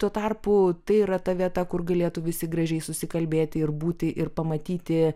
tuo tarpu tai yra ta vieta kur galėtų visi gražiai susikalbėti ir būti ir pamatyti